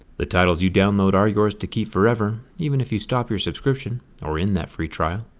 the titles you download are yours to keep forever, even if you stop your subscription are in that free trial.